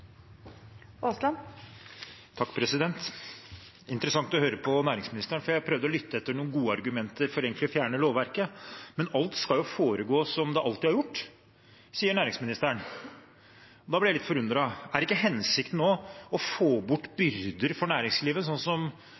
replikkordskifte. Det er interessant å høre på næringsministeren, for jeg prøvde å lytte etter noen gode argumenter for egentlig å fjerne lovverket, men alt skal jo foregå som det alltid har gjort, sier næringsministeren. Da blir jeg litt forundret. Er ikke hensikten nå å få bort byrder for næringslivet, sånn som